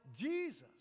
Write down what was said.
Jesus